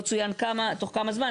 לא צוין תוך כמה זמן.